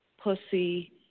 pussy